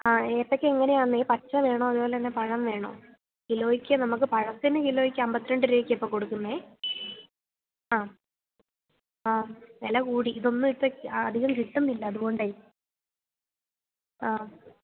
ആ ഏത്തയ്ക്ക എങ്ങനെ ആണ് പച്ച വേണോ അതുപോലെ തന്നെ പഴം വേണോ കിലോയ്ക്ക് നമുക്ക് പഴത്തിന് കിലോയ്ക്ക് അമ്പത്തിരണ്ട് രൂപയ്ക്കാണ് ഇപ്പം കൊടുക്കുന്നത് ആ ആ വില കൂടി ഇതൊന്നും ഇപ്പം അധികം കിട്ടുന്നില്ല അതുകൊണ്ട് ആ